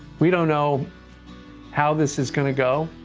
we don't know how this is going to go,